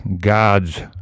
gods